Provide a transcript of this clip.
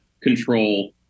control